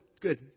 Good